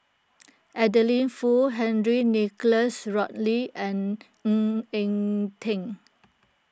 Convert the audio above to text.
Adeline Foo Henry Nicholas Ridley and Ng Eng Teng